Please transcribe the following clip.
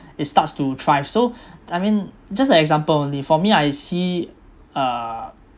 it starts to thrive so I mean just an example only for me I see uh